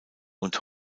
und